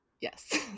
Yes